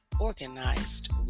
Organized